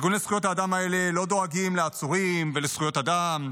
ארגוני זכויות האדם האלה לא דואגים לעצורים ולזכויות אדם,